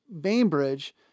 Bainbridge